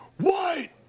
white